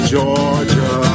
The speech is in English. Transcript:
Georgia